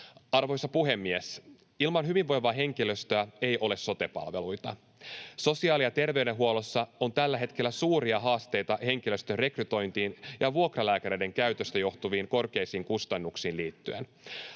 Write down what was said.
Arvoisa puhemies! Ilman hyvinvoivaa henkilöstöä ei ole sote-palveluita. Sosiaali- ja terveydenhuollossa on tällä hetkellä suuria haasteita henkilöstön rekrytointiin ja vuokralääkäreiden käytöstä johtuviin korkeisiin kustannuksiin liittyen.